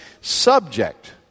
subject